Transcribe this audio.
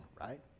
right